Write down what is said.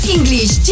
English